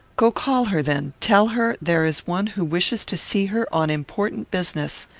go call her, then. tell her there is one who wishes to see her on important business.